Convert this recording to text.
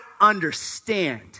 understand